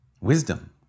wisdom